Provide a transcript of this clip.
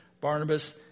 Barnabas